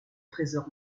trésor